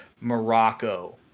Morocco